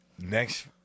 next